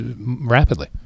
rapidly